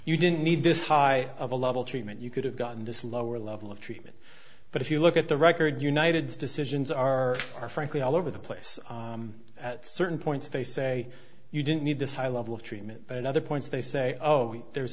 you didn't need this high of a level treatment you could have gotten this lower level of treatment but if you look at the record united's decisions are frankly all over the place at certain points they say you don't need this high level of treatment but at other points they say oh there's